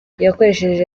yakoresheje